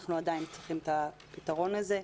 אנחנו עדיין צריכים את הפתרון הזה.